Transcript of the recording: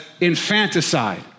infanticide